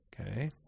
Okay